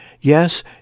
Yes